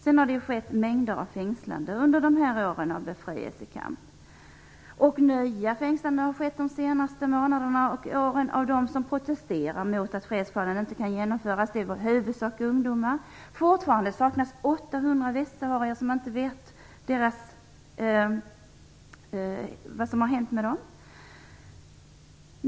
Det har skett mängder av fängslanden under åren av befrielsekamp. Nya fängslanden har skett de senaste månaderna av dem som protesterar mot att fredsplanen inte kan genomföras. Det var i huvudsak ungdomar. Fortfarande saknas 800 västsaharier. Man vet inte vad som har hänt med dem.